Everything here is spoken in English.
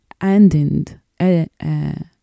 ending